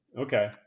Okay